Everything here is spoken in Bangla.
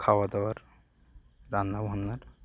খাওয়া দাওয়ার রান্না বান্নার